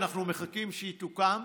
אנחנו מחכים שהיא תוקם.